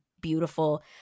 beautiful